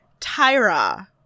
tyra